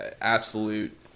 absolute